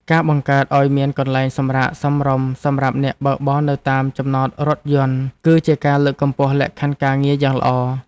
ការបង្កើតឱ្យមានកន្លែងសម្រាកសមរម្យសម្រាប់អ្នកបើកបរនៅតាមចំណតរថយន្តគឺជាការលើកកម្ពស់លក្ខខណ្ឌការងារយ៉ាងល្អ។